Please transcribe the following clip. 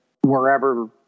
wherever